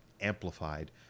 amplified